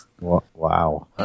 Wow